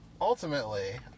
ultimately